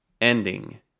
Ending